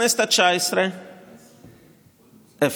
בכנסת התשע-עשרה, אפס.